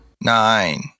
Nine